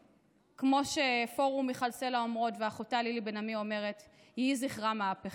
וכמו שפורום מיכל סלה אומרות ואחותה לילי בן עמי אומרת: יהי זכרה מהפכה.